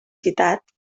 citats